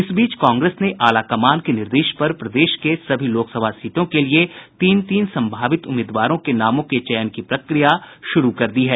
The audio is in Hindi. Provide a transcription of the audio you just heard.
इस बीच कांग्रेस ने आलाकमान के निर्देश पर प्रदेश के सभी लोकसभा सीटों के लिए तीन तीन संभावित उम्मीदवारों के नामों के चयन की प्रक्रिया शुरू कर दी है